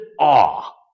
awe